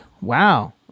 wow